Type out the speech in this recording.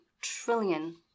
trillion